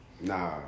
Nah